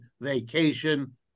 vacation